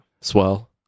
Swell